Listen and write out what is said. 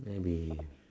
maybe